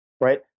right